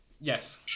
Yes